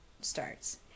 starts